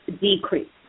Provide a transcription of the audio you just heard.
decrease